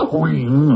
Queen